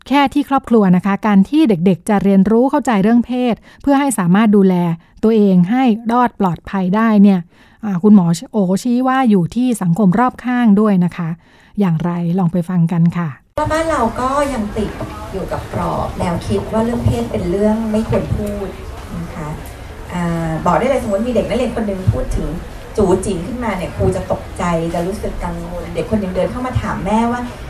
แค่ที่ครอบครัวนะคะ การที่เด็กๆจะเรียนรู้เข้าใจเรื่องเพศเพื่อให้สามารถดูแลตัวเองให้รอดปลอดภัยได้เนี่ย อ่า คุณหมอโอ๋ชี้ว่าอยู่ที่สังคมรอบข้างด้วยนะคะ อย่างไร ลองไปฟังกันค่ะบ้านเราก็ยังติดอยู่กับกรอบแนวคิดว่าเรื่องเพศเป็นเรื่องไม่ควรพูดนะคะ อ่า บอกได้เลย สมมุติมีเด็กนักเรียนคนหนึ่งพูดถึงจู๋จิ๋งขึ้นมาเนี่ย ครูจะตกใจ จะรู้สึกกังวล เด็กคนหนึ่งเดินเข้ามาถามแม่ว่า